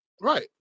Right